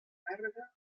càrrega